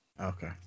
Okay